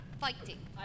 fighting